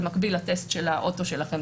זה מקביל לטסט של האוטו שלכם,